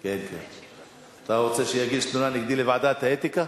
אתה רוצה שיגיש תלונה נגדי לוועדת האתיקה?